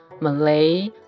Malay